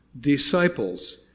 disciples